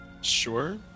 Sure